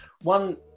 one